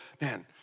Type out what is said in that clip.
man